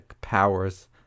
powers